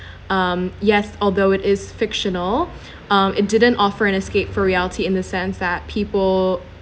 um yes although it is fictional um it didn't offer an escape for reality in the sense that people